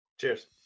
Cheers